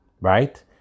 right